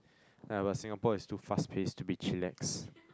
ya but Singapore is too fast place to be chillax